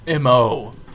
mo